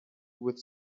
with